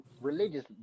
religious